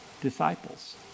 disciples